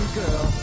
girl